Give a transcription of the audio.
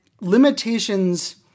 limitations